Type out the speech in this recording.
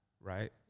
right